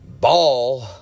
ball